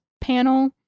panel